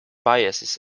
biases